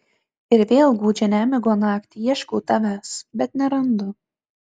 ir vėl gūdžią nemigo naktį ieškau tavęs bet nerandu